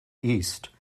east